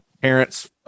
parents